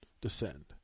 descend